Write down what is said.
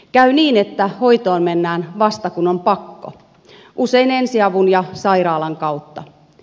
käy niin että hoitoon mennään vasta kun on pakko usein ensiavun ja sairaalan kautta